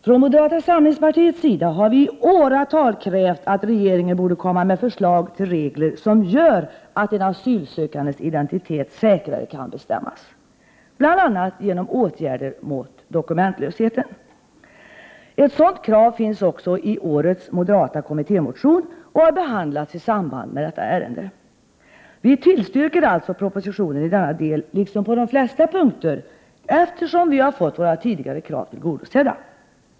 Från moderata samlingspartiets sida har vi i åratal krävt att regeringen borde komma med förslag till regler som gör att en asylsökandes identitet säkrare kan bestämmas, bl.a. genom åtgärder mot dokumentlösheten. Ett sådant krav finns också i årets moderata kommittémotion och har behandlats i samband med detta ärende. Vi tillstyrker alltså propositionen i denna del — liksom på de flesta punkter — eftersom vi har fått våra tidigare krav tillgodosedda.